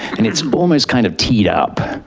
and it's almost kind of t'd up.